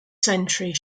century